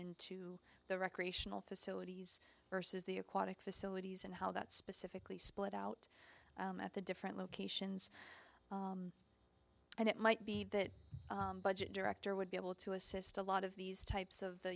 into the recreational facilities versus the aquatic facilities and how that specifically split out at the different locations and it might be that budget director would be able to assist a lot of these types of the